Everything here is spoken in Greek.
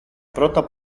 πρώτα